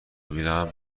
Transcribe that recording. بینم